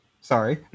Sorry